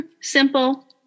simple